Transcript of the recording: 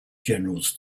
generals